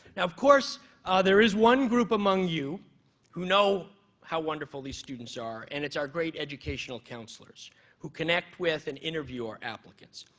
of course there is one group among you who know how wonderful these students are, and it's our great educational counselors who connect with and interview our applicants.